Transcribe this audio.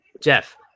Jeff